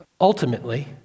Ultimately